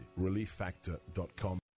ReliefFactor.com